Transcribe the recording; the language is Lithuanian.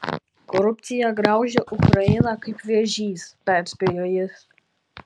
korupcija graužia ukrainą kaip vėžys perspėjo jis